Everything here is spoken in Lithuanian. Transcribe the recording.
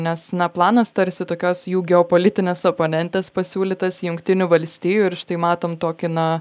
nes na planas tarsi tokios jų geopolitinės oponentės pasiūlytas jungtinių valstijų ir štai matom tokį na